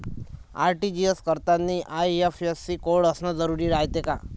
RTGS करतांनी IFSC code असन जरुरी रायते का?